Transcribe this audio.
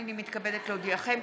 הינני מתכבדת להודיעכם,